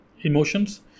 emotions